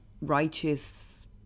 Righteous